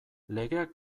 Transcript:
legeak